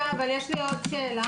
אבל יש לי עוד שאלה.